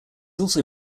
also